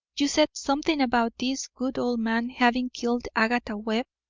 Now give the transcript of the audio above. you said something about this good old man having killed agatha webb.